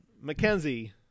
Mackenzie